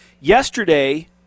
Yesterday